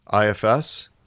IFS